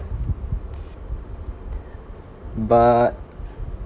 but